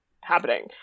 happening